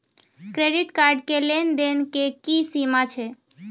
Credit card के लेन देन के की सीमा छै?